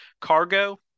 Cargo